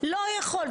לא יכול.